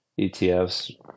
ETFs